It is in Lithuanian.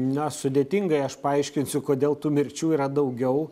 na sudėtingai aš paaiškinsiu kodėl tų mirčių yra daugiau